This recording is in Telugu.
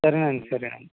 సరేనండి సరేనండి